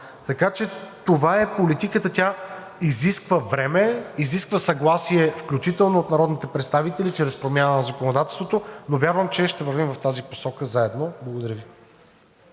Така че това е политиката. Тя изисква време, изисква съгласие, включително от народните представители чрез промяна на законодателството, но вярвам, че ще вървим в тази посока заедно. Благодаря Ви.